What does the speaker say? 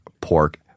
pork